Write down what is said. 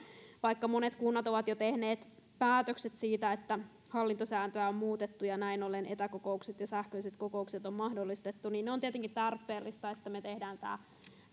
vaikka monet kunnat ovat jo tehneet päätökset siitä että hallintosääntöä on muutettu ja näin ollen etäkokoukset ja sähköiset kokoukset on mahdollistettu niin on tietenkin tarpeellista että me teemme tämän